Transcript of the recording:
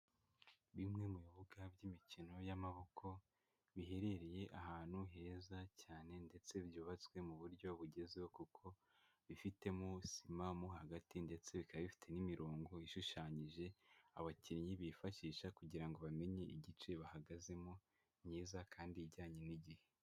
Bimwe mu bibuga by'imikino y'amaboko biherereye ahantu heza cyane ndetse byubatswe mu buryo bugezweho kuko bifitemo sima mo hagati ndetse bikaba bifite n'imirongo ishushanyije, abakinnyi bifashisha kugira ngo bamenye igice bahagazemo myiza kandi ijyanye n'igihe.